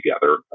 together